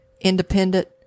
independent